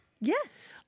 yes